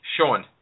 Sean